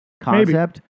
concept